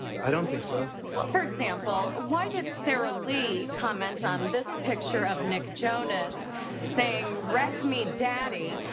i don't think so. well, for example, why did sara lee comment on this picture of nick jonas saying, wreck me daddy?